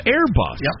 Airbus